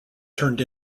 turned